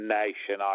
nation